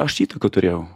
aš įtaką turėjau